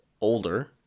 older